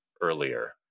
earlier